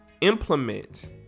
implement